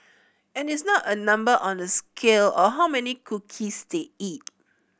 and it's not a number on a scale or how many cookies they eat